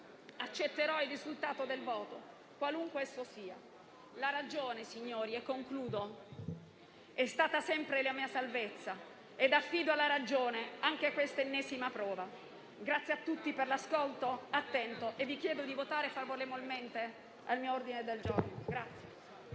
accetterò il risultato del voto, qualunque esso sia. In conclusione, la ragione è stata sempre la mia salvezza ed affido alla ragione anche questa ennesima prova. Ringrazio tutti per l'ascolto attento e vi chiedo di votare a favore dell'ordine del giorno.